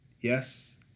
Yes